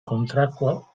kontrako